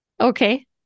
Okay